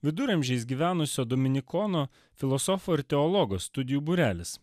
viduramžiais gyvenusio dominikono filosofo ir teologo studijų būrelis